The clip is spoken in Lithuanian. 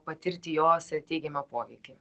patirti jos teigiamą poveikį